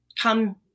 come